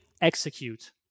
execute